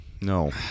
No